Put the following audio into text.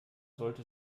sollte